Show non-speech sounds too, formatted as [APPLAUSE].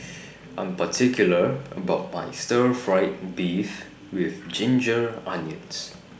[NOISE] I'm particular about My Stir Fried Beef with Ginger Onions